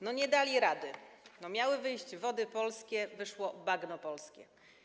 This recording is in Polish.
No nie dali rady, miały wyjść Wody Polskie, wyszło bagno polskie.